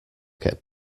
get